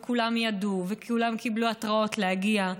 וכולם ידעו וכולם קיבלו התראות להגיע,